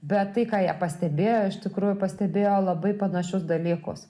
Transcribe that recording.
bet tai ką jie pastebėjo iš tikrųjų pastebėjo labai panašius dalykus